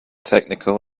technical